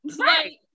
Right